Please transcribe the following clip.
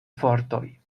fortoj